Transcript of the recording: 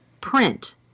Print